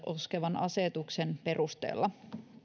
koskevan asetuksen perusteella